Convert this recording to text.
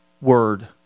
word